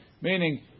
Meaning